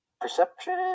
Perception